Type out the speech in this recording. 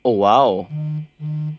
oh !wow!